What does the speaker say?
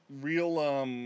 real